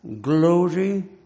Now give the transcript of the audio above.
glory